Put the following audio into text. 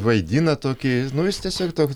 vaidina tokį nu jis tiesiog tok